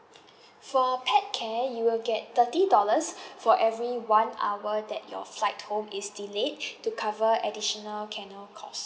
for pet care you will get thirty dollars for every one hour that your flight home is delayed to cover additional kennel cost